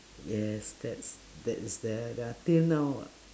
yes that's that is that till now ah